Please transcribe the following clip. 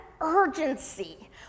urgency